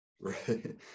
Right